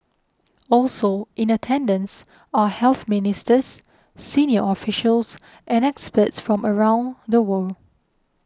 also in attendance are health ministers senior officials and experts from around the world